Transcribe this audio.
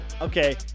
Okay